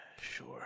Sure